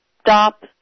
stop